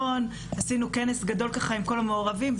עשינו כנס גדול עם כל המעורבים,